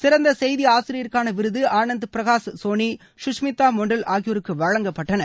சிறந்த செய்தி ஆசிரியருக்கான விருது ஆனந்த் பிரகாஷ் சோனி குஷ்மிதா மோண்டல் ஆகியோருக்கு வழங்கப்பட்டன